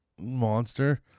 monster